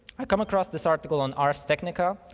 i come across this article on arstechnica,